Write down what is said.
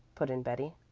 put in betty.